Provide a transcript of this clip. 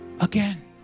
again